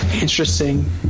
interesting